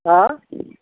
आह